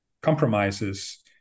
compromises